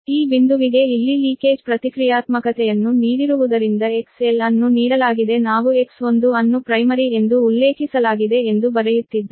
ಈ ಬಿಂದುವಿಗೆ ಇಲ್ಲಿ ಲೀಕೇಜ್ ಪ್ರತಿಕ್ರಿಯಾತ್ಮಕತೆಯನ್ನು ನೀಡಿರುವುದರಿಂದ XL ಅನ್ನು ನೀಡಲಾಗಿದೆ ನಾವು X1 ಅನ್ನು ಪ್ರೈಮರಿ ಎಂದು ಉಲ್ಲೇಖಿಸಲಾಗಿದೆ ಎಂದು ಬರೆಯುತ್ತಿದ್ದೇವೆ